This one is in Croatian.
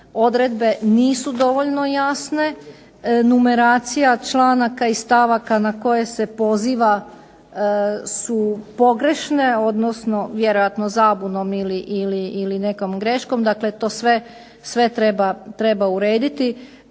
odredbe nisu dovoljno jasne, numeracija članaka i stavaka na koje se poziva su pogrešne, odnosno vjerojatno zabunom ili nekom greškom, dakle to sve treba urediti,